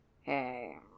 hey